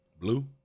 Blue